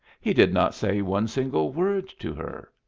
he did not say one single word to her.